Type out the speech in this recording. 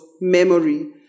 memory